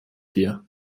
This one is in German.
dir